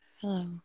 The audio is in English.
Hello